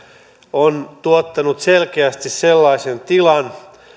on tuottanut selkeästi sellaisen tilan